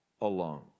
alone